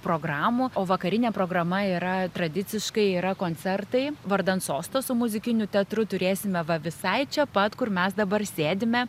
programų o vakarinė programa yra tradiciškai yra koncertai vardan sosto su muzikiniu teatru turėsime va visai čia pat kur mes dabar sėdime